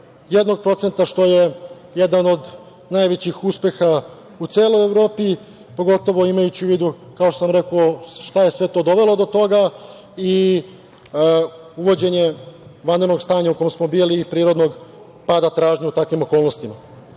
manje 1%, što je jedan od najvećih uspeha u celoj Evropi, pogotovo imajući u vidu, kao što sam rekao, šta je sve to dovelo do toga i uvođenje vanrednog stanja u kom smo bili i prirodnog pada tražnje u takvim okolnostima. Paketom